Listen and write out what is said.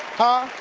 huh?